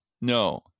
No